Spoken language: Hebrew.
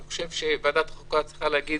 אני חושב שוועדת החוקה צריכה להגיד